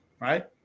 right